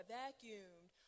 vacuumed